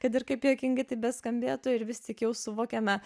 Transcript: kad ir kaip juokingai tai beskambėtų ir vis tik jau suvokiame